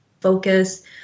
focus